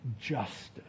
justice